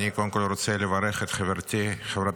אני קודם כול רוצה לברך את חברתי חברת